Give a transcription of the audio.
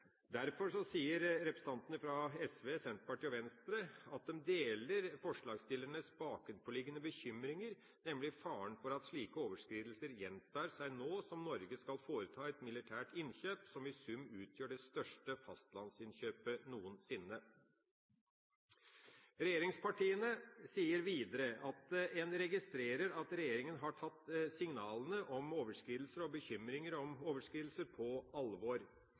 Derfor sier representantene fra SV, Senterpartiet og Venstre at de deler forslagsstillernes bakenforliggende bekymringer, nemlig faren for at slike overskridelser gjentar seg nå som Norge skal foreta et militært innkjøp som i sum utgjør det største fastlandsinnkjøpet noensinne. Regjeringspartiene sier videre at en registrerer at regjeringa har tatt signalene og bekymringene for overskridelser på alvor.